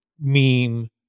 meme